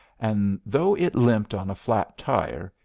and though it limped on a flat tire,